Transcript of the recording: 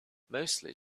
mostly